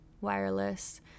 wireless